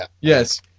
Yes